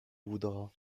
voudras